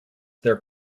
their